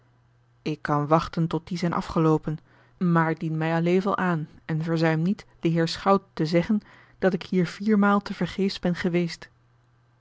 ik kan wachten tot die zijn afgeloopen maar dien mij alevel aan en verzuim niet den heer schout te zeggen dat ik hier viermaal tevergeefs ben geweest